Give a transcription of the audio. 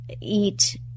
eat